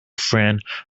friend